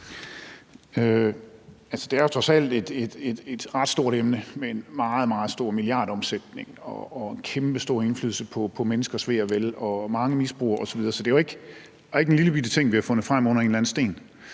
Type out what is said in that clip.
Det er jo trods alt et ret stort emne med en meget, meget stor milliardomsætning og en kæmpestor indflydelse på menneskers ve og vel, og hvor der er mange misbrugere osv. Så det er jo ikke en lillebitte ting, vi har fundet frem under en eller anden sten.